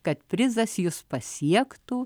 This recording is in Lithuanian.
kad prizas jus pasiektų